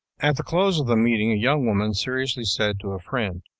at the close of the meeting a young woman seriously said to a friend